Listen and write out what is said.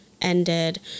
ended